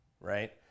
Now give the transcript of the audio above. right